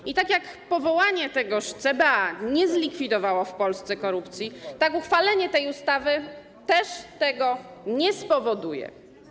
I tak jak powołanie tegoż CBA nie zlikwidowało w Polsce korupcji, tak uchwalenie tej ustawy też tego nie spowoduje.